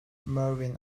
merwin